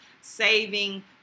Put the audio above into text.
saving